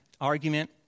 argument